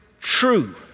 true